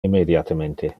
immediatemente